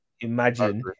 imagine